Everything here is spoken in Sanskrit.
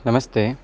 नमस्ते